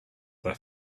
that